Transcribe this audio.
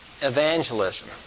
evangelism